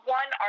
one